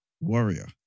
warrior